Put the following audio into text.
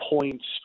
points